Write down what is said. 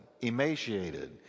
emaciated